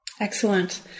Excellent